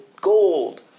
gold